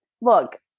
look